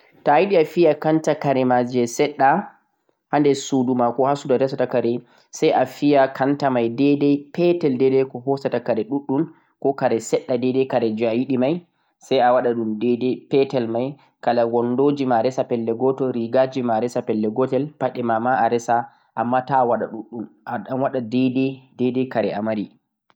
Ta'ayiɗe a fiya kanta je kare ma seɗɗa ha nder suduma koh sudu karema. Sai a tefa capinter wara lara no hani sai o gwada sai o fiyine